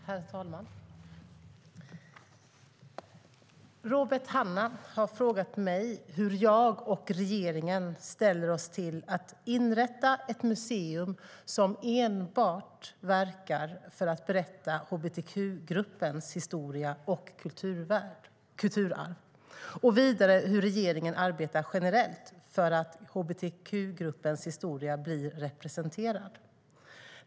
Herr talman! Robert Hannah har frågat mig hur jag och regeringen ställer oss till att inrätta ett museum som enbart verkar för att berätta hbtq-gruppens historia och kulturarv och vidare hur regeringen arbetar generellt för att hbtq-gruppens historia blir representerad.